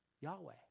Yahweh